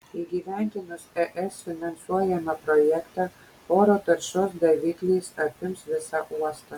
įgyvendinus es finansuojamą projektą oro taršos davikliais apims visą uostą